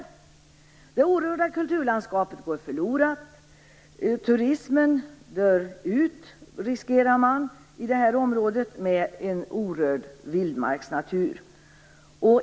Det orörda kulturlandskapet går förlorat. Turismen riskerar att dö ut i det här området med en orörd vildmarksnatur.